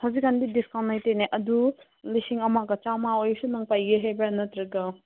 ꯍꯧꯖꯤꯛ ꯀꯥꯟꯗꯤ ꯗꯤꯁꯀꯥꯎꯟ ꯂꯩꯇꯦꯅꯦ ꯑꯗꯨ ꯂꯤꯁꯤꯡ ꯑꯃꯒ ꯆꯥꯝꯃ ꯑꯣꯏꯔꯁꯨ ꯅꯪ ꯄꯥꯏꯒꯦ ꯍꯥꯏꯕ꯭ꯔꯥ ꯅꯠꯇ꯭ꯔꯒ